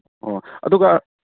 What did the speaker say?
ꯑꯣ ꯑꯗꯨꯒ